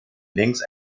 längs